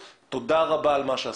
ותודה רבה על מה שעשיתם.